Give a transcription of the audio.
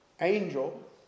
angel